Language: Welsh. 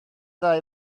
ddau